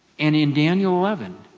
and in daniel eleven,